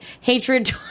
hatred